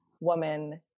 woman